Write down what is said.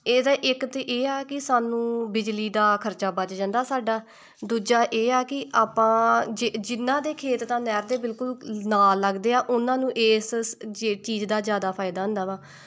ਇਹਦਾ ਇੱਕ ਤਾਂ ਇਹ ਆ ਕਿ ਸਾਨੂੰ ਬਿਜਲੀ ਦਾ ਖਰਚਾ ਬਚ ਜਾਂਦਾ ਸਾਡਾ ਦੂਜਾ ਇਹ ਆ ਕਿ ਆਪਾਂ ਜਿ ਜਿਹਨਾਂ ਦੇ ਖੇਤ ਤਾਂ ਨਹਿਰ ਦੇ ਬਿਲਕੁਲ ਨਾਲ਼ ਲੱਗਦੇ ਆ ਉਹਨਾਂ ਨੂੰ ਇਸ ਸ ਜੇ ਚੀਜ਼ ਦਾ ਜ਼ਿਆਦਾ ਫਾਇਦਾ ਹੁੰਦਾ ਵਾ